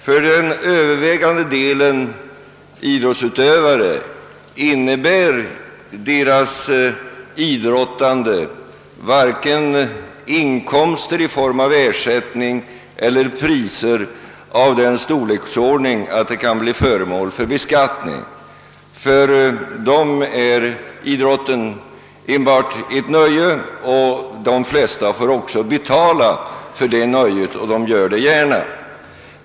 För det övervägande antalet idrottsutövare innebär idrottandet varken inkomster i form av ersättning eller priser av sådan storlek att de kan bli föremål för beskattning. För dem är idrotten enbart ett nöje; de flesta får också betala för detta nöje, och de gör det gärna.